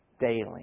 daily